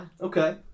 Okay